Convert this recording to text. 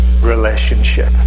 relationship